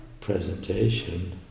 presentation